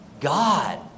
God